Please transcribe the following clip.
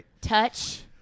Touch